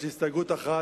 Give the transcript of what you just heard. יש לי הסתייגות אחת,